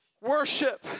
worship